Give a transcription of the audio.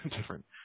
different